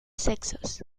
sexos